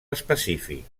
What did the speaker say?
específic